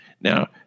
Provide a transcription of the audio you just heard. now